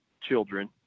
children